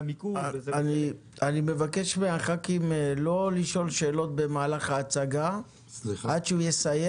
אני מבקש מחברי הכנסת לא לשאול שאלות במהלך ההצגה עד שהוא יסיים.